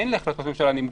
אין להחלטת ממשלה נימוקים.